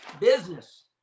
business